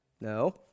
No